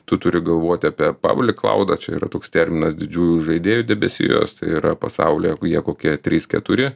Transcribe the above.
tu turi galvoti apie pavelį klaudą čia yra toks terminas didžiųjų žaidėjų debesijos tai yra pasaulyje jie kokie trys keturi